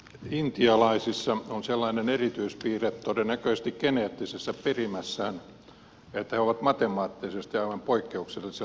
intialaisissa on sellainen erityispiirre todennäköisesti geneettisessä perimässään että he ovat matemaattisesti aivan poikkeuksellisen lahjakkaita